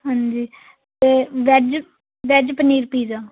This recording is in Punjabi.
ਹਾਂਜੀ ਅਤੇ ਵੈੱਜ ਵੈੱਜ ਪਨੀਰ ਪੀਜ਼ਾ